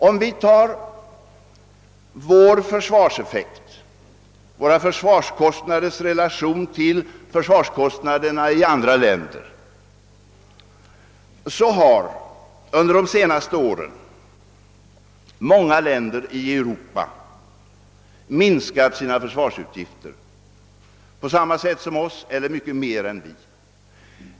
Om vi jämför våra försvarskostnader med försvarskostnaderna i andra länder så finner vi att under de senaste åren många länder i Europa minskat sina försvarsutgifter i samma utsträckning som vi eller mycket mer än vi.